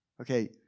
Okay